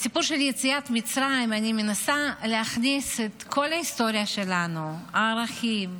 בסיפור של יציאת מצרים אני מנסה להכניס את כל ההיסטוריה שלנו: הערכים,